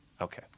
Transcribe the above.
Okay